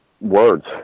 words